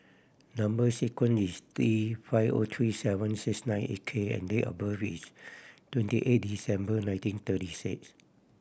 number sequence is T five O three seven six nine eight K and date of birth is twenty eight December nineteen thirty six